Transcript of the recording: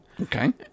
Okay